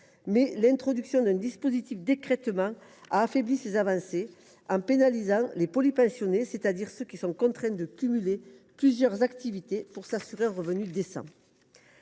mais l’introduction d’un dispositif d’écrêtement a affaibli ces avancées, en pénalisant les polypensionnés, c’est à dire ceux qui sont contraints de cumuler plusieurs activités pour s’assurer un revenu décent.